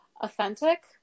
authentic